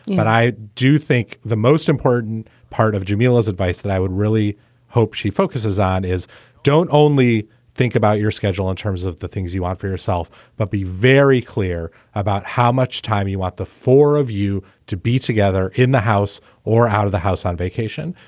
but i do think the most important part of jamila is advice that i would really hope she focuses on is don't only think about your schedule in terms of the things you want for yourself, but be very clear about how much time you want the four of you to be together in the house or out of the house on vacation.